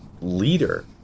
leader